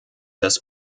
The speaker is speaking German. des